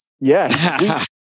Yes